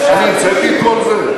אני המצאתי את כל זה?